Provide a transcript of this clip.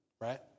right